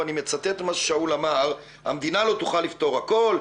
ואני מצטט את מה ששאול אמר: "המדינה לא תוכל לפתור הכול",